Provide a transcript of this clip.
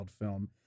film